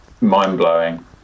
mind-blowing